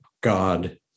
God